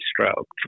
stroke